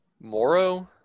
Moro